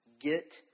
get